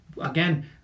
again